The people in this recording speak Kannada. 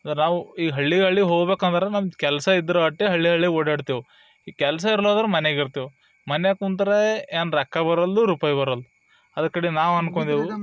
ಅಂದರೆ ನಾವು ಈ ಹಳ್ಳಿ ಹಳ್ಳಿಗೆ ಹೋಗ್ಬೇಕಂದ್ರೆ ನಮ್ದು ಕೆಲಸ ಇದ್ರೆ ಅಷ್ಟೆ ಹಳ್ಳಿ ಹಳ್ಳಿಗೆ ಓಡಾಡ್ತೇವೆ ಈ ಕೆಲಸ ಇರ್ಲಾಂದ್ರೆ ಮನೆಗೆ ಇರ್ತೇವೆ ಮನೆಗೆ ಕುಂತ್ರೆ ಏನ್ ರೊಕ್ಕ ಬರಲ್ದು ರುಪಾಯಿ ಬರಲದು ಅದು ಕಡಿಂದ ನಾವು ಅನ್ಕೊಂಡೆವು